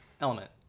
element